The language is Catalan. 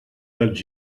dels